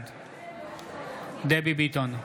בעד דבי ביטון,